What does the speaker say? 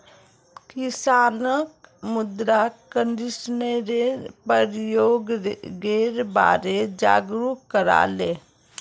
किसानक मृदा कंडीशनरेर प्रयोगेर बारे जागरूक कराले